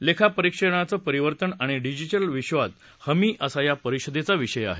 लेखापरीक्षणाचं परिवर्तन आणि डिजिटल विश्वात हमी असा या परिषदेचा विषय आहे